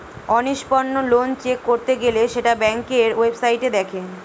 অনিষ্পন্ন loan check করতে গেলে সেটা ব্যাংকের ওয়েবসাইটে দেখে